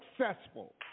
successful